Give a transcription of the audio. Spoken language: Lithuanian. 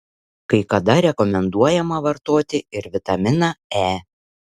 kai kada rekomenduojama vartoti ir vitaminą e